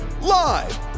Live